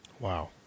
Wow